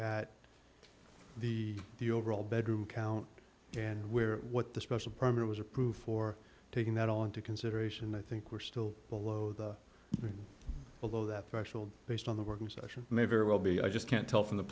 at the the overall bedroom count and where what the special permit was approved for taking that all into consideration i think we're still below the below that threshold based on the working session may very well be i just can't tell from the